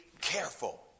careful